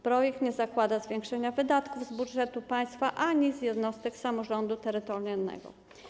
Projekt nie zakłada zwiększenia wydatków z budżetu państwa ani jednostek samorządu terytorialnego.